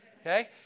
Okay